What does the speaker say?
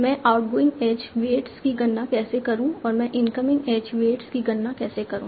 मैं outgoing edge weights की गणना कैसे करूं और मैं इनकमिंग एज वेट्स की गणना कैसे करूं